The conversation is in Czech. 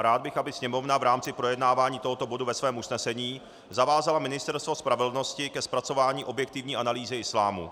Rád bych, aby Sněmovna v rámci projednávání tohoto bodu ve svém usnesení zavázala Ministerstvo spravedlnosti ke zpracování objektivní analýzy islámu.